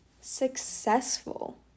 successful